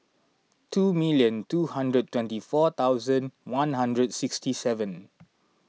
two million two hundred twenty four thousand one hundred sixty seven